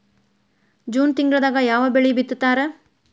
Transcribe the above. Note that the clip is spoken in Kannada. ಜೂನ್ ತಿಂಗಳದಾಗ ಯಾವ ಬೆಳಿ ಬಿತ್ತತಾರ?